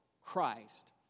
Christ